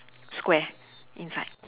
square inside